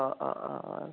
অ অ অ অ